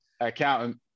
accountant